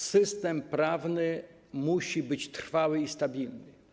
System prawny musi być trwały i stabilny.